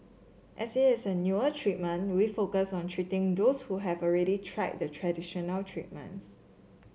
as it is a newer treatment we focus on treating those who have already tried the traditional treatments